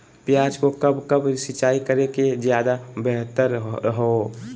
प्याज को कब कब सिंचाई करे कि ज्यादा व्यहतर हहो?